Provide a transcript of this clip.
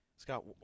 Scott